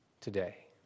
today